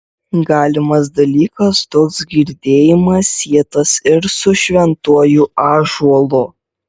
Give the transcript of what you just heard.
galimas dalykas toks girdėjimas sietas ir su šventuoju ąžuolu